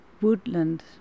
Woodland